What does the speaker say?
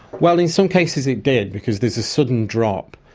well, in some cases it did because there's a sudden drop.